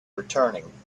returning